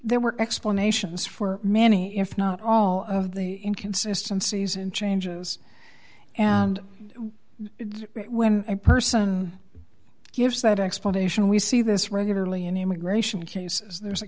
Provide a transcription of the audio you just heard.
there were explanations for many if not all of the inconsistency is in changes and when a person gives that explanation we see this regularly in immigration cases there